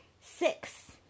Six